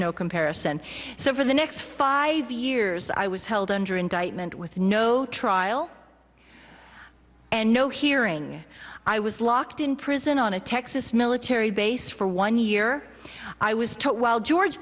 no comparison so for the next five years i was held under indictment with no trial and no hearing i was locked in prison on a texas military base for one year i was taught while george